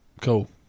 Cool